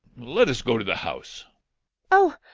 let us go to the house oh!